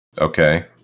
Okay